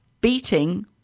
beating